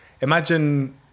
imagine